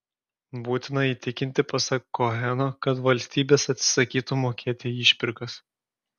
būtina įtikinti pasak koheno kad valstybės atsisakytų mokėti išpirkas